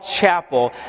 Chapel